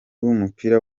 w’umupira